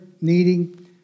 needing